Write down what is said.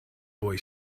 boy